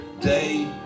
day